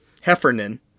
Heffernan